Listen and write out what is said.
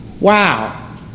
Wow